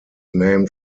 named